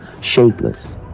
shapeless